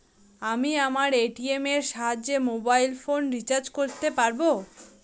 আমি আমার এ.টি.এম এর সাহায্যে মোবাইল ফোন রিচার্জ করতে পারব?